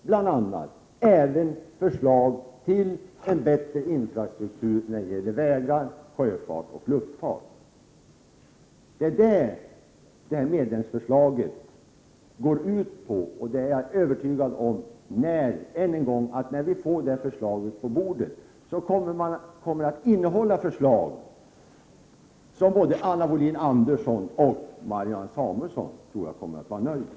Det kommer också att handla om en bättre infrastruktur när det gäller vägar, sjöfart och luftfart. Det är alltså vad medlemsförslaget går ut på. Ännu en gång vill jag säga att jag är övertygad om att både Marianne Samuelsson och Anna Wohlin-Andersson kommer att vara nöjda med förslaget när detta väl ligger på bordet.